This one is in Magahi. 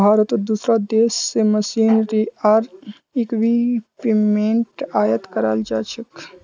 भारतत दूसरा देश स मशीनरी आर इक्विपमेंट आयात कराल जा छेक